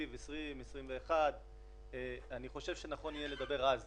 תקציב 2020 2021 אני חושב שנכון יהיה לומר אז.